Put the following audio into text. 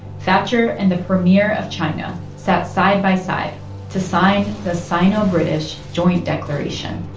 thatcher and the premier of china sat side by side to sign the sino-british joint declaration